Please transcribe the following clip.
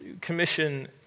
Commission